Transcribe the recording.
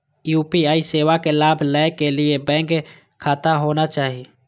UPI सेवा के लाभ लै के लिए बैंक खाता होना चाहि?